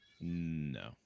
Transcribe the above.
No